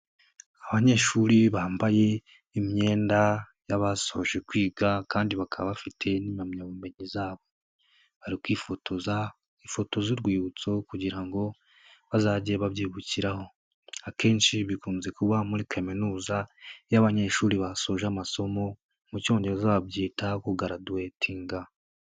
Abanyeshuri bambaye imyenda y'abasoje kwiga kandi bakaba bafite n'impamyabumenyi zabo bari kwifotoza ifoto z'urwibutso kugira ngo bazajye babyibukiraho, akenshi bikunze kuba muri kaminuza y'abanyeshuri basoje amasomo mu cyongereza babyita kugaraduwetinga.